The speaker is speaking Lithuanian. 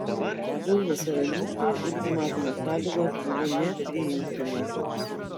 zulų karalystei ultimatumo sąlygos buvo nepriimtinos